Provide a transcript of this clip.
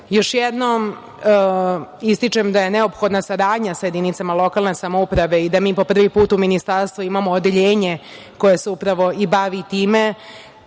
još jednom ističem da je neophodna saradnja sa jedinicama lokalne samouprave i da mi po prvi put u Ministarstvu imamo odeljenje koje se upravo i bavi time,